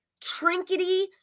trinkety